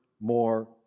more